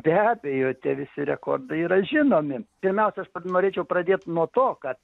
be abejo tie visi rekordai yra žinomi pirmiausia aš norėčiau pradėt nuo to kad